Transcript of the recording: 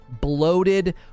bloated